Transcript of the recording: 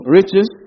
riches